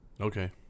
okay